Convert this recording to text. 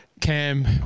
Cam